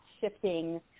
shifting